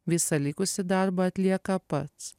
visą likusį darbą atlieka pats